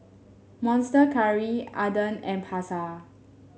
Monster Curry Aden and Pasar